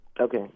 okay